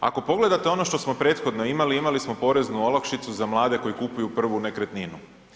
Ako pogledate ono što smo prethodno imali, imali smo poreznu olakšicu za mlade koji kupuju prvu nekretninu.